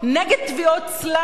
נגד תביעות סלאפ"פ,